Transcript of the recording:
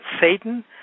Satan